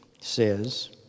says